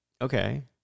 Okay